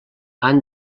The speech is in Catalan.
han